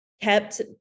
kept